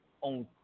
on